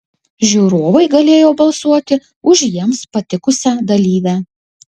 žiūrovai galėjo balsuoti už jiems patikusią dalyvę